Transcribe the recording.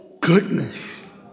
goodness